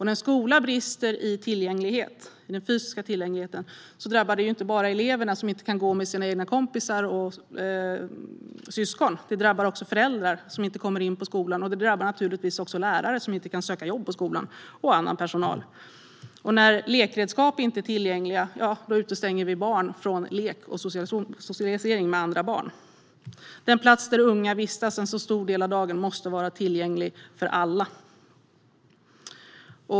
När skolan brister i fråga om den fysiska tillgängligheten drabbar det inte bara eleverna som inte kan gå tillsammans med sina kompisar och syskon. Det drabbar också föräldrar som inte kommer in på skolan och naturligtvis lärare och annan personal som inte kan söka jobb på skolan. När lekredskap inte är tillgängliga utestänger vi barn från lek och socialisering med andra barn. Den plats där unga vistas en stor del av dagen måste vara tillgänglig för alla.